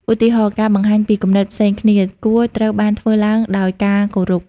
ឧទាហរណ៍ ការបង្ហាញពីគំនិតផ្សេងគ្នា គួរត្រូវបានធ្វើឡើងដោយការគោរព ។